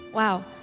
Wow